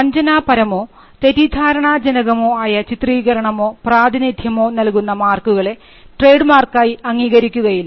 വഞ്ചനാപരമോ തെറ്റിദ്ധാരണാജനകമോ ആയ ചിത്രീകരണമോ പ്രാതിനിധ്യമോ നൽകുന്ന മാർക്കുകളെ ട്രേഡ് മാർക്കായി അംഗീകരിക്കുകയില്ല